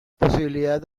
posibilidad